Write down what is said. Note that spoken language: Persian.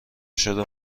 شده